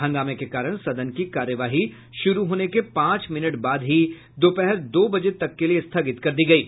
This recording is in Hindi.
हंगामे के कारण सदन की कार्यवाही शुरु होने के पांच मिनट बाद ही दोपहर दो बजे तक के लिए स्थगित कर दी गयी